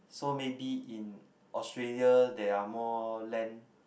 so maybe in Australia there are more land